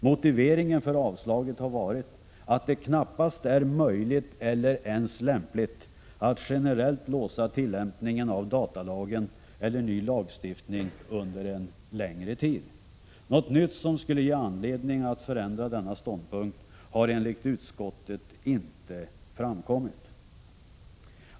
Motiveringen för avslaget har varit att det knappast är möjligt eller ens lämpligt att generellt låsa tillämpningen av datalagen eller ny lagstiftning under en längre tid. Något nytt som skulle ge anledning att förändra denna ståndpunkt har enligt utskottet inte framkommit.